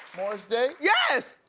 morris day? yes!